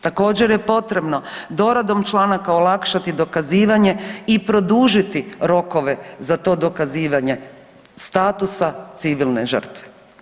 Također je potrebno doradom članaka olakšati dokazivanje i produžiti rokove za to dokazivanje statusa civilne žrtve.